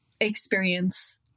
experience